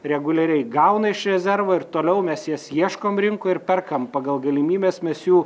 reguliariai gauna iš rezervo ir toliau mes jas ieškom rinkoj ir perkam pagal galimybes mes jų